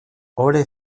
ore